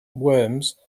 worms